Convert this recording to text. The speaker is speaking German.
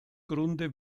grunde